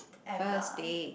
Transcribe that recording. first date